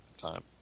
time